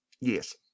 yes